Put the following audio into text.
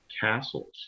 Castles